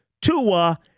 Tua